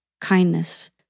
kindness